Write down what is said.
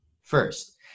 First